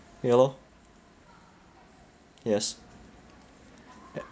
ya lor yes